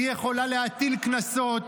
היא יכולה להטיל קנסות,